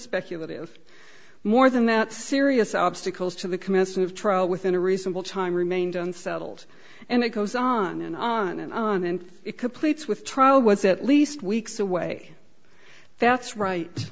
speculative more than that serious obstacles to the commission of trial within a reasonable time remained unsettled and it goes on and on and on and it completes with trial was at least weeks away that's right